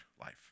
life